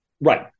Right